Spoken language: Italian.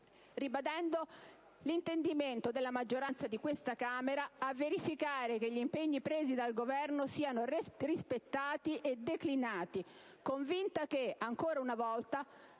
ribadendo l'intendimento della maggioranza di questa Camera a verificare che gli impegni presi dal Governo siano rispettati e declinati, convinta che, ancora una volta,